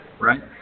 right